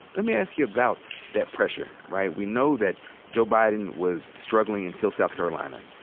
let me ask you about that pressure, right? we know that joe biden was struggling until south carolina.